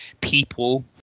people